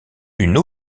une